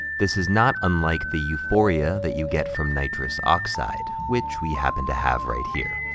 this is not unlike the euphoria that you get from nitrous oxide, which we happen to have right here.